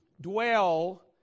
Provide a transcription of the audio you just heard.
dwell